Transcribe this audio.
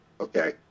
Okay